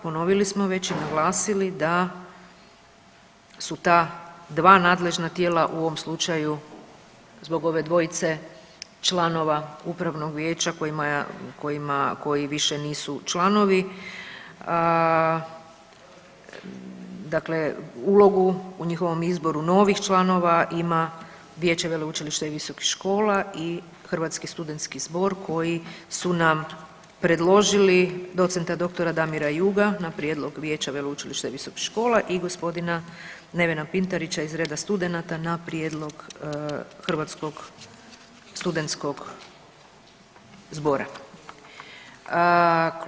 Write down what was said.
Ponovili smo već i naglasili da su ta dva nadležna tijela u ovom slučaju zbog ove dvojice članova upravnog vijeća kojima, kojima, koji više nisu članovi dakle ulogu u njihovom izboru novih članova ima vijeće veleučilišta i visokih škola i Hrvatski studentski zbor koji su nam predložili doc.dr. Damira Juga na prijedlog vijeća veleučilišta i visokih škola i gospodina Nevena Pintarića iz reda studenata na prijedlog Hrvatskog studentskog zbora.